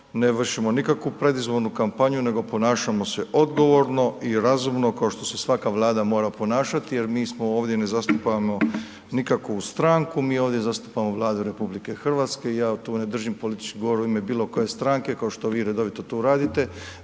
ne vršimo nikakvu predizbornu kampanju nego ponašamo se odgovorno i razumno kao što se svaka Vlada mora ponašati jer mi smo ovdje, ne zastupamo nikakvu stranku, mi ovdje zastupamo Vladu RH i ja tu ne držim politički govor u ime bilokoje stranke kao što vi redovito to radite,